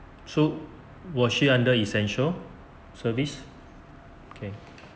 so was she under essential service